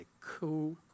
cool